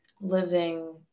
living